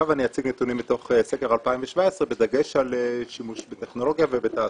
אני אציג נתונים מתוך סקר 2017 בדגש על שימוש בטכנולוגיה ובתעסוקה.